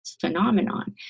phenomenon